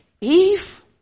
Eve